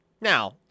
Now